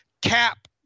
cap